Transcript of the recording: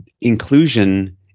inclusion